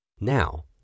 Now